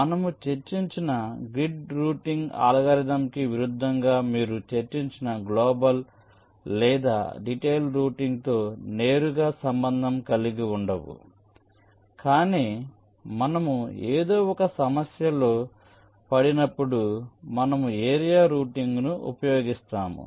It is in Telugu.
మనము చర్చించిన గ్రిడ్ రౌటింగ్ అల్గోరిథంకి విరుద్ధంగా మీరు చర్చించిన గ్లోబల్ లేదా డిటైల్ రౌటింగ్తో నేరుగా సంబంధం కలిగి ఉండవు కాని మనము ఏదో ఒక సమస్యలో పడినప్పుడు మనము ఏరియా రౌటింగ్ను ఉపయోగిస్తాము